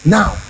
Now